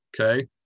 okay